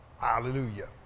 Hallelujah